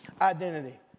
identity